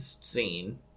scene